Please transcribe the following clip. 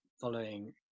following